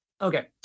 Okay